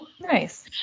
Nice